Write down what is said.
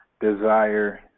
desire